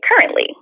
currently